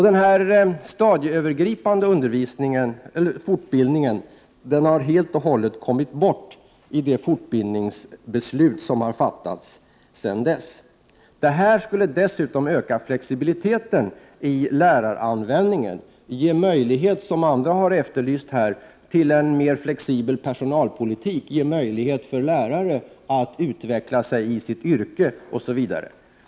Den stadieövergripande fortbildningen har helt och hållet kommit bort i det fortbildningsbeslut som har fattats sedan dess. Stadieövergripande fortbildning skulle öka flexibiliteten i läraranvändningen, ge möjligheter — som andra har efterlyst här — till en mer flexibel personalpolitik, ge möjligheter för lärare att utveckla sig i sitt yrke osv.